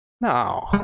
No